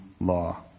law